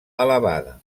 elevada